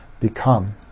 become